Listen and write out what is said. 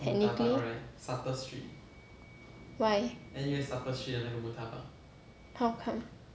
technically why how come